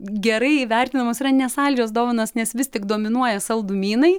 gerai įvertinamos yra ne saldžios dovanos nes vis tik dominuoja saldumynai